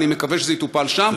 אני מקווה שזה יטופל שם,